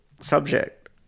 subject